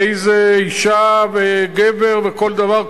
אשה או גבר וכל דבר.